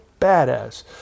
badass